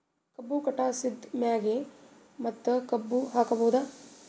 ಕಬ್ಬು ಕಟಾಸಿದ್ ಮ್ಯಾಗ ಮತ್ತ ಕಬ್ಬು ಹಾಕಬಹುದಾ?